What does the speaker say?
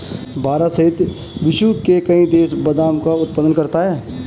भारत सहित विश्व के कई देश बादाम का उत्पादन करते हैं